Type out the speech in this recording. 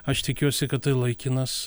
aš tikiuosi kad tai laikinas